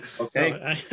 Okay